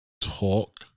talk